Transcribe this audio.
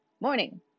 morning